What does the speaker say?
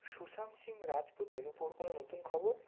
সুশান্ত সিং রাজপুতের উপর কোনো নতুন খবর